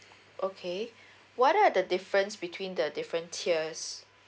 okay what are the difference between the different tiers